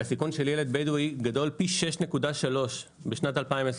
והסיכון של ילד בדווי גדול פי 6.3 בשנת 2021,